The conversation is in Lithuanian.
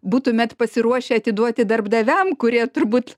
būtumėt pasiruošę atiduoti darbdaviam kurie turbūt